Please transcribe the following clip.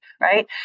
right